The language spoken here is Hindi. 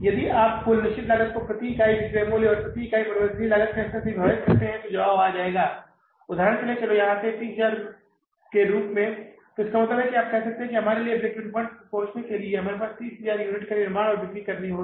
यदि आप कुल निश्चित लागत को प्रति इकाई विक्रय मूल्य और प्रति इकाई परिवर्तनीय लागत के अंतर से विभाजित करते हैं तो जवाब आ जाएगा उदाहरण के लिए चलो यहाँ आते हैं 30000 के रूप में है तो इसका मतलब है कि आप कह सकते हैं हमारे लिए ब्रेक इवन पॉइंट्स पर पहुंचने के लिए हमें 30000 यूनिट्स का निर्माण और बिक्री करनी होगी